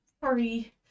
sorry